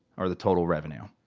or the total revenue.